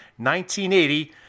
1980